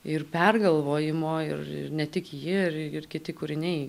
ir pergalvojimo ir ne tik ji ir ir kiti kūriniai